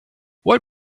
what